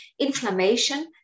inflammation